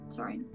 Sorry